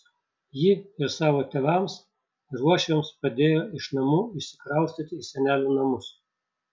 ji ir savo tėvams ir uošviams padėjo iš namų išsikraustyti į senelių namus